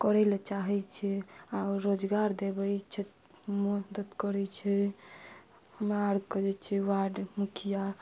करै लऽ चाहै छै आ रोजगार देबै मदद करै छै हमरा आरके जे छै वार्ड मुखिया